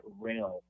realm